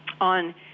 on